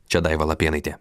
čia daiva lapėnaitė